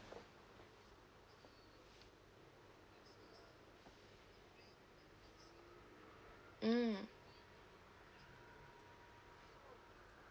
mm